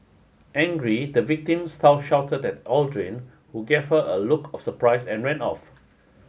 angry the victim shouted shouted at Aldrin who gave her a look of surprise and ran off